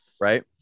right